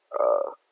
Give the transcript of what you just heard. uh